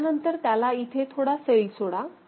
त्यानंतर त्याला इथे थोडा सैल सोडा